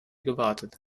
gewartet